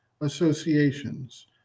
associations